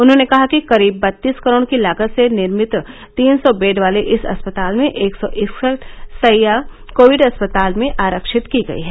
उन्होंने कहा कि करीब बत्तीस करोड की लागत से निर्मित तीन सौ बेड वाले इस अस्पताल में एक सौ इकसठ शैय्या कोविड अस्पताल में आरक्षित की गयी हैं